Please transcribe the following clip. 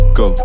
go